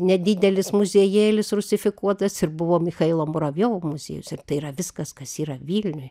nedidelis muziejėlis rusifikuotas ir buvo michailo muravjovo muziejus ir tai yra viskas kas yra vilniuj